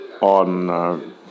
on